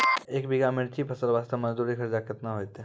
एक बीघा मिर्ची के फसल वास्ते मजदूरी खर्चा केतना होइते?